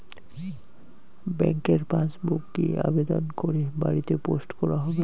ব্যাংকের পাসবুক কি আবেদন করে বাড়িতে পোস্ট করা হবে?